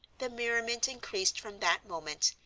the merriment increased from that moment,